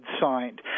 signed